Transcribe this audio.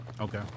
Okay